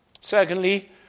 Secondly